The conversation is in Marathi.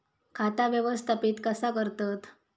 खाता व्यवस्थापित कसा करतत?